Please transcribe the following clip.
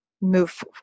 move